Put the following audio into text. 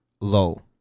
low